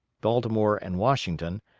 baltimore, and washington,